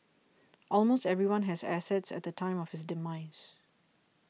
almost everyone has assets at the time of his demise